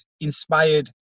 inspired